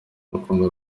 urukundo